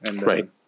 right